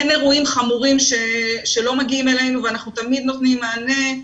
אין אירועים חמורים שלא מגיעים אלינו ואנחנו תמיד נותנים מענה.